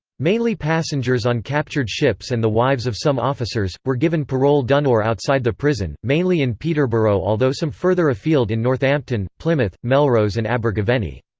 mainly passengers on captured ships and the wives of some officers, were given parole d'honneur outside the prison, mainly in peterborough although some further afield in northampton, plymouth, melrose and abergavenny.